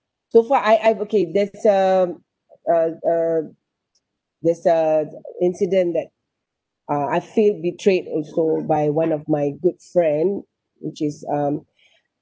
so far I I've okay there's some uh uh there's a incident that uh I feel betrayed and cold by one of my good friend which is um